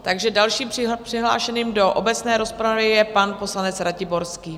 Takže dalším přihlášeným do obecné rozpravy je pan poslanec Ratiborský.